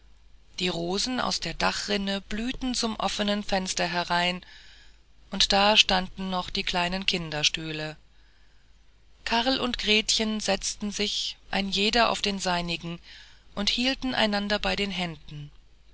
die rosen aus der dachrinne blühten zum offenen fenster herein und da standen noch die kleinen kinderstühle karl und gretchen setzten sich ein jeder auf den seinigen und hielten einander bei den händen